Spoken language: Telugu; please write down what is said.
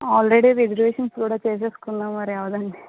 ఆల్రెడీ రిజర్వేషన్స్ కూడా చేసేసుకున్నాము మరి అవ్వదు అండి